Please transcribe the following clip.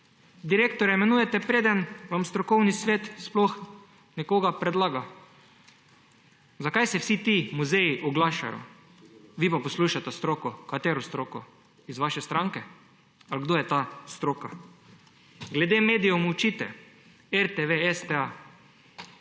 Direktorje imenujete, preden vam strokovni svet sploh nekoga predlaga. Zakaj se vsi ti muzeji oglašajo, vi pa poslušate stroko?! Katero stroko, iz vaše stranke; ali kdo je ta stroka? Glede medijev molčite, RTV, STA.